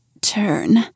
turn